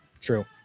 True